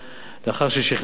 לאחר ששכנעתי אתכם,